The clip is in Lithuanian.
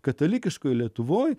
katalikiškoje lietuvoje